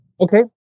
Okay